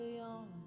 on